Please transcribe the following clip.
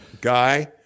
Guy